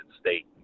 State